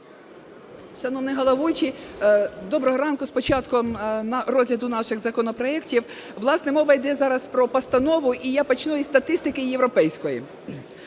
доброго ранку! З початком розгляду наших законопроектів! Власне мова йде зараз про постанову і я почну із статистики європейської.